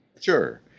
sure